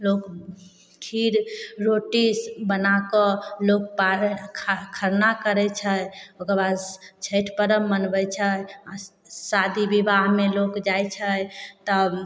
लोक खीर रोटी बनाकऽ लोक पारन खर खरना करै छै ओहिके बाद छठि पर्ब मनबै छै शादी विवाहमे लोक जाइ छै तब